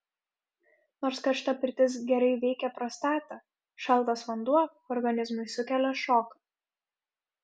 nors karšta pirtis gerai veikia prostatą šaltas vanduo organizmui sukelia šoką